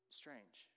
strange